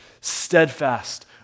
steadfast